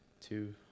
two